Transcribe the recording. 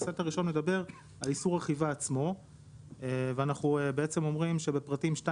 הסט הראשון מדבר על איסור רכיבה עצמו ואנחנו אומרים שבפרטים 2